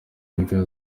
league